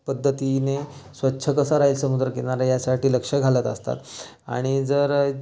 पद्धतीने स्वच्छ कसा राहील समुद्रकिनारा यासाठी लक्ष घालत असतात आणि जर